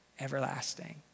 everlasting